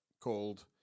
called